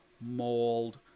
mold